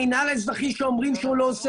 המינהל האזרחי שאומרים שהוא לא עושה,